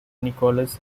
nicholas